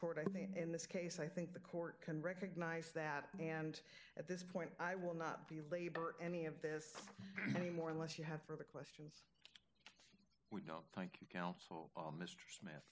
court i think in this case i think the court can recognize that and at this point i will not be labor any of this any more unless you have further questions we don't thank you counsel mr s